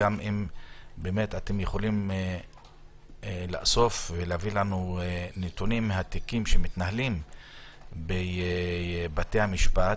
אם אתם יכולים לאסוף ולהביא לנו נתונים מהתיקים שמתנהלים בבתי המשפט,